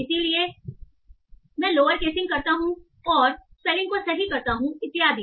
इसलिए मैं lower casing करता हूं और स्पेलिंग को सही करता हूं इत्यादि